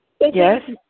Yes